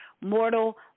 mortal